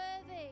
worthy